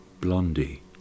Blondie